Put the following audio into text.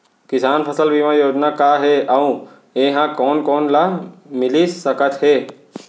किसान फसल बीमा योजना का हे अऊ ए हा कोन कोन ला मिलिस सकत हे?